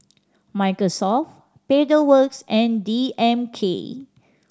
Microsoft Pedal Works and D M K